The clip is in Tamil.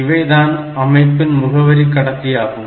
இவைதான் தான் அமைப்பின் முகவரி கடத்தி ஆகும்